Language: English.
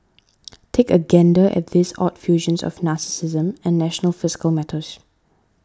take a gander at these odd fusions of narcissism and national fiscal matters